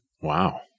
Wow